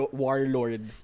warlord